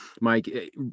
Mike